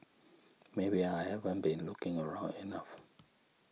maybe I haven't been looking around enough